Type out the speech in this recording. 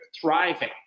thriving